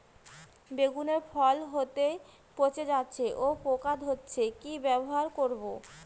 বেগুনের ফল হতেই পচে যাচ্ছে ও পোকা ধরছে কি ব্যবহার করব?